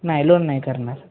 नाही लोन नाही करणार